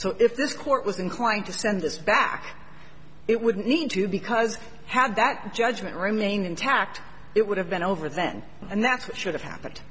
this court was inclined to send this back it wouldn't need to because had that judgment remain intact it would have been over then and that's what should have happened